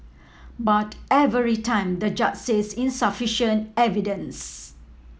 but every time the judge says insufficient evidence